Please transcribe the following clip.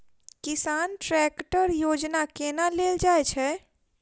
किसान ट्रैकटर योजना केना लेल जाय छै?